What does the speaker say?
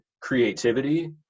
creativity